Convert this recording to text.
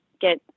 get